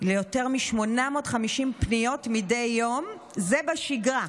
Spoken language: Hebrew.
ביותר מ-850 פניות מדי יום, וזה בשגרה.